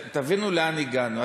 תבינו לאן הגענו.